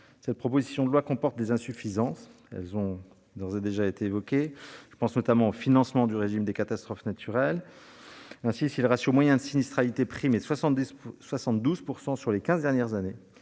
cette proposition de loi comporte des insuffisances, qui ont d'ores et déjà été évoquées. Je pense au financement du régime des catastrophes naturelles. Ainsi, si le ratio moyen entre sinistralité et primes est de 72 % sur les quinze dernières années,